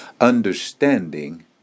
understanding